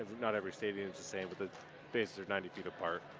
not every stadium is the same, but the bases are ninety feet apart.